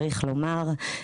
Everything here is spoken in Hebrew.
צריך לומר,